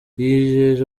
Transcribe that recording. yijeje